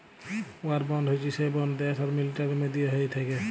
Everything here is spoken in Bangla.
ওয়ার বন্ড হচ্যে সে বন্ড দ্যাশ আর মিলিটারির মধ্যে হ্য়েয় থাক্যে